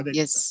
yes